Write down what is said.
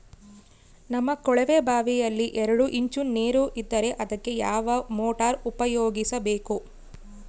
ನಮ್ಮ ಕೊಳವೆಬಾವಿಯಲ್ಲಿ ಎರಡು ಇಂಚು ನೇರು ಇದ್ದರೆ ಅದಕ್ಕೆ ಯಾವ ಮೋಟಾರ್ ಉಪಯೋಗಿಸಬೇಕು?